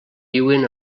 viuen